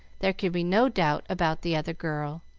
there could be no doubt about the other girl,